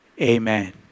Amen